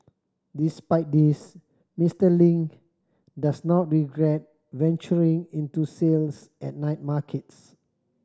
despite this Mister Ling does not regret venturing into sales at night markets